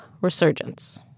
resurgence